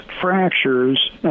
fractures